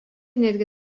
netgi